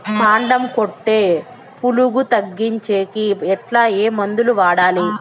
కాండం కొట్టే పులుగు తగ్గించేకి ఎట్లా? ఏ మందులు వాడాలి?